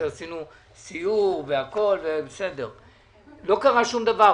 לא קרה שום דבר.